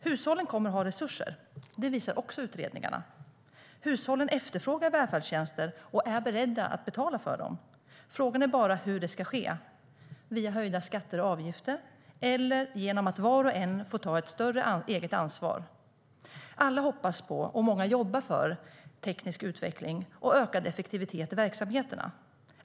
Hushållen kommer att ha resurser, det visar också utredningarna. Hushållen efterfrågar välfärdstjänster och är beredda att betala för dem - frågan är bara hur det ska ske. Via höjda skatter eller avgifter? Eller genom att var och en får ta ett större eget ansvar? Alla hoppas på, och många jobbar för, teknisk utveckling och ökad effektivitet i verksamheterna.